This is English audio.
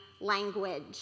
language